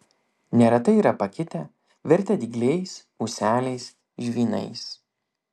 neretai yra pakitę virtę dygliais ūseliais žvynais